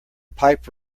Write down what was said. pipe